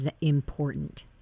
important